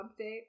update